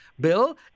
Bill